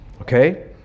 okay